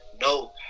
No